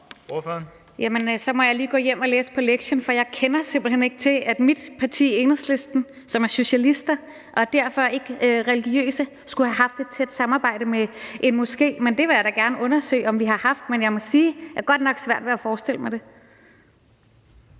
Så må jeg lige gå hjem og læse på lektien, for jeg kender simpelt hen ikke til, at mit parti, Enhedslisten, som er socialister og derfor ikke religiøse, skulle have haft et tæt samarbejde med en moské, men jeg vil da gerne undersøge, om vi har haft det. Men jeg må sige, at jeg godt nok har svært ved at forestille mig det.